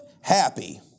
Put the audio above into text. happy